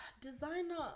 designer